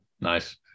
nice